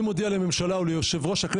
יומרות.